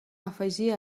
afegir